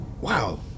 wow